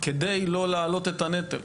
כדי לא להעלות את הנטל.